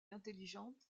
intelligente